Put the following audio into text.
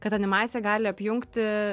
kad animacija gali apjungti